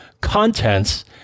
contents